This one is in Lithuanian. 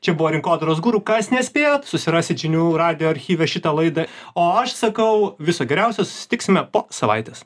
čia buvo rinkodaros guru kas nespėjot susirasit žinių radijo archyve šitą laidą o aš sakau viso geriausio susitiksime po savaitės